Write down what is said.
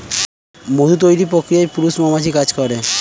মধু তৈরির প্রক্রিয়ায় পুরুষ মৌমাছি কাজ করে